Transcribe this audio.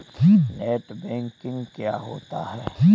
Net banking क्या होता है?